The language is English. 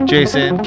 Jason